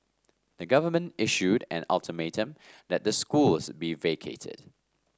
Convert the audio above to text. the government issued an ultimatum that the schools be vacated